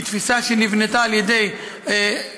היא תפיסה שנבנתה על ידי רח"ל,